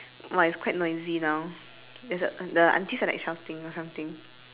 !wah! it's quite noisy now there's a the aunties are like shouting or something